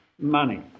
money